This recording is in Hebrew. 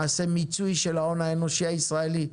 נעשה מיצוי של ההון האנושי הישראלי,